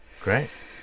Great